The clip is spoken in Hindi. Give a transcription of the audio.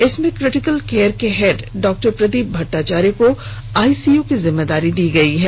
इसमें क्रिटिकल केयर के हेड डॉ प्रदीप भट्टाचार्य को आइसीयू की जिम्मेदारी दी गई है